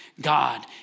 God